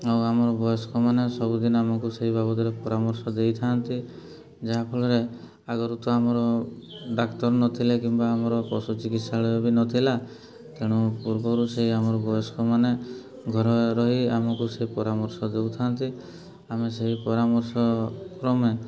ଆଉ ଆମର ବୟସ୍କମାନେ ସବୁଦିନ ଆମକୁ ସେଇ ବାବଦରେ ପରାମର୍ଶ ଦେଇଥାନ୍ତି ଯାହାଫଳରେ ଆଗରୁ ତ ଆମର ଡାକ୍ତର ନଥିଲେ କିମ୍ବା ଆମର ପଶୁ ଚିକିତ୍ସାଳୟ ବି ନଥିଲା ତେଣୁ ପୂର୍ବରୁ ସେ ଆମର ବୟସ୍କମାନେ ଘର ରହି ଆମକୁ ସେ ପରାମର୍ଶ ଦଉଥାନ୍ତି ଆମେ ସେହି ପରାମର୍ଶ କ୍ରମେ